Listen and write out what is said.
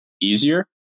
easier